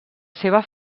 seva